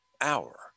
Hour